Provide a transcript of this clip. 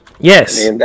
Yes